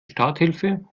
starthilfe